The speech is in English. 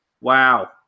Wow